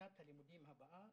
ששנת הלימודים הבאה